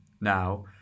now